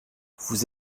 vous